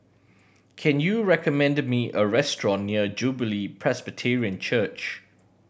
can you recommend me a restaurant near Jubilee Presbyterian Church